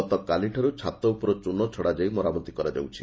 ଗତକାଲିଠାରୁ ଛାତ ଉପରୁ ଚୁନ ଛଡ଼ାଯାଇ ମରାମତି କରାଯାଉଛି